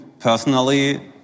Personally